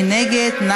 מי נגד?